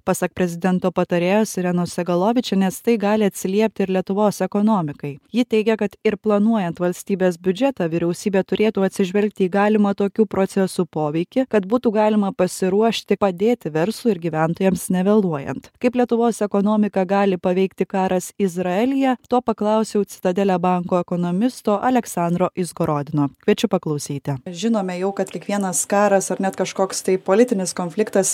pasak prezidento patarėjos irenos segalovičienės tai gali atsiliepti ir lietuvos ekonomikai ji teigė kad ir planuojant valstybės biudžetą vyriausybė turėtų atsižvelgti į galimą tokių procesų poveikį kad būtų galima pasiruošti padėti verslui ir gyventojams nevėluojant kaip lietuvos ekonomiką gali paveikti karas izraelyje to paklausiau citadele banko ekonomisto aleksandro izgorodino kviečiu paklausyti žinome jau kad kiekvienas karas ar net kažkoks tai politinis konfliktas